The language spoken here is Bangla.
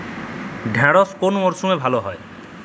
ঢেঁড়শ কোন মরশুমে ভালো হয়?